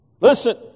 listen